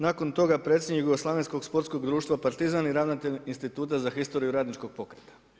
Nakon toga predsjednik Jugoslavenskog sportskog društva Partizan i ravnatelj instituta za historiju radničkog pokreta.